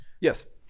Yes